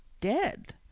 Dead